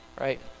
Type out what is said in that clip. right